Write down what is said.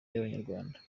y’abanyarwanda